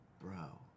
Bro